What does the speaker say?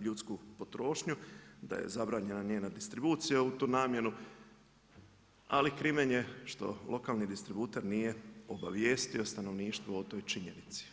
ljudsku potrošnju, da je zabranjena njena distribucija u tu namjenu ali krimen je što lokalni distributer nije obavijestio stanovništvo o toj činjenici.